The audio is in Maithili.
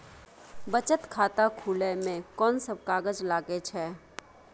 बचत खाता खुले मे कोन सब कागज लागे छै?